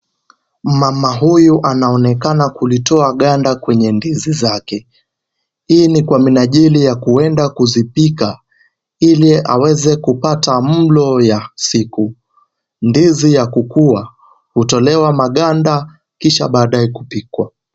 Mama huyu anaonekana kulitoa ganda kwenye ndizi zake. Hii ni kwa minajili ya kuenda kuzipika, ili aweze kupata mlo ya siku. Ndizi ya kukua hutolewa maganda kisha baadae kupikwa.